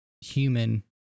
human